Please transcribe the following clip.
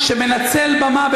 שמנצל במה,